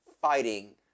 fighting